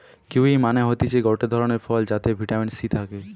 kiwi মানে হতিছে গটে ধরণের ফল যাতে ভিটামিন সি থাকে